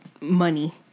money